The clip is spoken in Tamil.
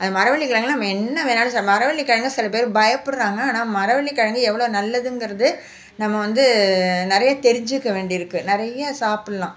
அந்த மரவள்ளிக்கிழங்குல நம்ம என்ன வேணாலும் சம மரவள்ளிக்கிழங்குனா சில பேர் பயப்பிட்றாங்க ஆனால் மரவள்ளிக்கிழங்கு எவ்வளோ நல்லதுங்கிறது நம்ம வந்து நிறைய தெரிஞ்சிக்க வேண்டி இருக்கு நிறைய சாப்பிட்லாம்